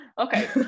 okay